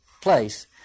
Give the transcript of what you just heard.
place